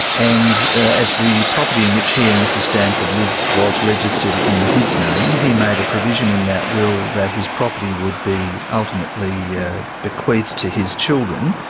and as the in which he and mrs stanford lived was registered in his name, he made a provision in that will that his property would be ultimately bequeathed to his children,